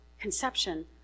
conception